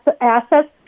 assets